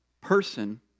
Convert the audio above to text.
person